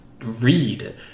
Read